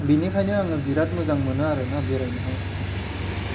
बिनिखायनो आङो बिराद मोजां मोनो आरोना बेरायनोहाय